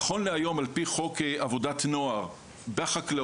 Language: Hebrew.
נכון להיום, על פי חוק עבודת נוער, בחקלאות,